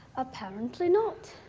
apparently not.